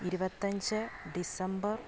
ഇരുപത്തിയഞ്ച് ഡിസംബർ